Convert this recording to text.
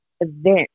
event